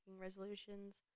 resolutions